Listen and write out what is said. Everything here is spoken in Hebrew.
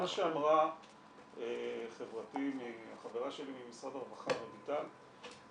כמו שאמרה חברתי ממשרד הרווחה, רויטל,